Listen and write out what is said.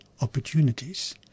opportunities